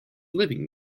living